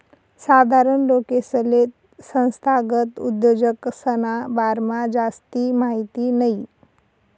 साधारण लोकेसले संस्थागत उद्योजकसना बारामा जास्ती माहिती नयी